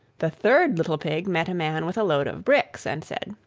the third little pig met a man with a load of bricks, and said,